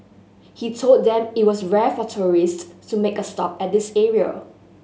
he told them it was rare for tourist to make a stop at this area